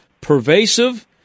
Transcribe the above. pervasive